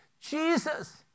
Jesus